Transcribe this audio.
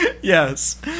Yes